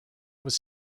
was